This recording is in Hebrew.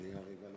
שנייה, רגע.